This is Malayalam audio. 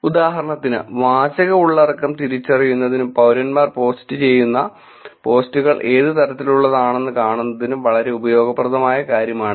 ഉദാഹരണത്തിന് വാചക ഉള്ളടക്കം തിരിച്ചറിയുന്നതിനും പൌരന്മാർ ചെയ്യുന്ന പോസ്റ്റുകൾ ഏതു തരത്തിലുള്ളതാണെന്നും കാണുന്നതിനും വളരെ ഉപയോഗപ്രദമായ കാര്യമാണിത്